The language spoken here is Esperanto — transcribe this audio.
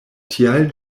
tial